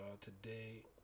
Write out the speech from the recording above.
Today